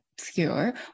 obscure